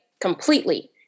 completely